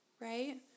Right